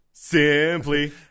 Simply